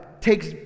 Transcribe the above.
takes